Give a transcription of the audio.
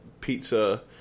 pizza